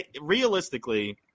Realistically